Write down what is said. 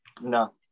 No